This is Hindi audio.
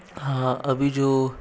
हाँ अभी जो